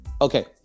Okay